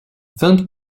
vingt